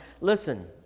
Listen